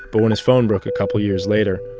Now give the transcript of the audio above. but when his phone broke a couple of years later,